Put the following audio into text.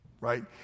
right